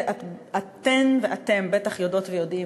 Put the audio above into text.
אתן ואתם בטח יודעות ויודעים,